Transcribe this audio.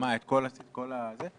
מבחינת הסטודנטים בישראל.